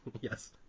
Yes